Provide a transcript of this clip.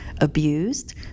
abused